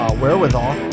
wherewithal